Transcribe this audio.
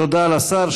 תודה לשר.